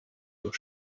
your